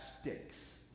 sticks